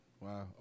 Wow